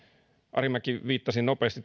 arhinmäki viittasi nopeasti